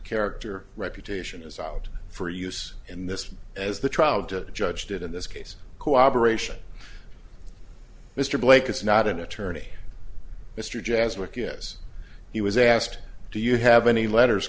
character reputation is out for use in this as the trial judge the judge did in this case cooperation mr blake is not an attorney mr jazz work yes he was asked do you have any letters